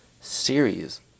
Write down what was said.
series